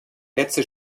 letzte